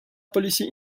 policy